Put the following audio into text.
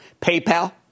PayPal